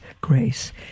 grace